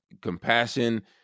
compassion